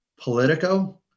Politico